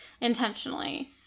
intentionally